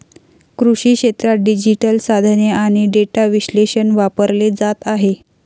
कृषी क्षेत्रात डिजिटल साधने आणि डेटा विश्लेषण वापरले जात आहे